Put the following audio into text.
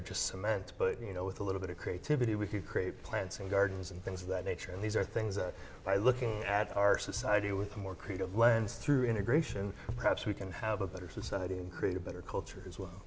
are just cements but you know with a little bit of creativity we could create plants and gardens and things of that nature and these are things that by looking at our society with a more creative lens through integration perhaps we can have a better society and create a better culture is